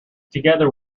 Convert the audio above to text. together